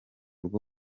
rwo